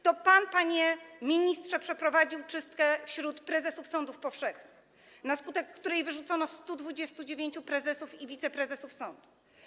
To pan, panie ministrze, przeprowadził czystkę wśród prezesów sądów powszechnych, na skutek której wyrzucono 129 prezesów i wiceprezesów sądów.